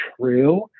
true